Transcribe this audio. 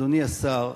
אדוני השר,